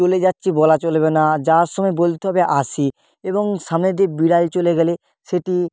চলে যাচ্ছি বলা চলবে না যাওয়ার সময় বলতে হবে আসি এবং সামনে দিয়ে বিড়াল চলে গেলে সেটি